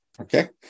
Okay